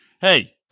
Hey